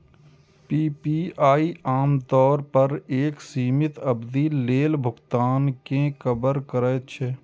PPI आम तौर पर एक सीमित अवधि लेल भुगतान कें कवर करै छै